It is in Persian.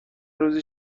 روزی